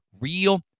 real